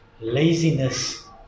laziness